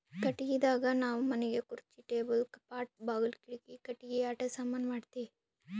ಕಟ್ಟಿಗಿದಾಗ್ ನಾವ್ ಮನಿಗ್ ಖುರ್ಚಿ ಟೇಬಲ್ ಕಪಾಟ್ ಬಾಗುಲ್ ಕಿಡಿಕಿ ಕಟ್ಟಿಗಿ ಆಟ ಸಾಮಾನಿ ಮಾಡ್ತೀವಿ